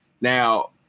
Now